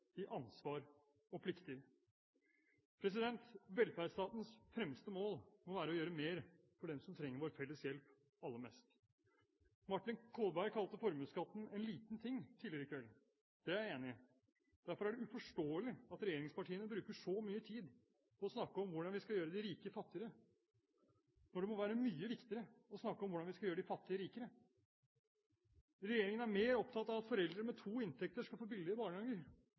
ansvar og plikter. Velferdsstatens fremste mål må være å gjøre mer for dem som trenger vår felles hjelp aller mest. Martin Kolberg kalte formuesskatten «en liten ting» tidligere i kveld. Det er jeg enig i. Derfor er det uforståelig at regjeringspartiene bruker så mye tid på å snakke om hvordan vi skal gjøre de rike fattigere, når det må være mye viktigere å snakke om hvordan vi skal gjøre de fattige rikere. Regjeringen er mer opptatt av at foreldre med to inntekter skal få billigere barnehager,